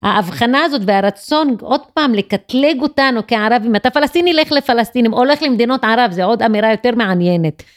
האבחנה הזאת והרצון עוד פעם לקטלג אותנו כערבים. אתה פלסטיני - לך לפלסטינים או לך למדינות ערב, זה עוד אמירה יותר מעניינת.